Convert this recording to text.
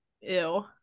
ew